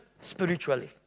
spiritually